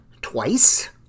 twice